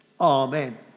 Amen